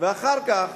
ואחר כך